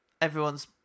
Everyone's